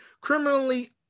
criminally